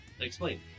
Explain